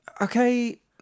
okay